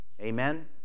Amen